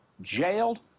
jailed